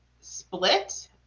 split